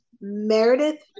meredith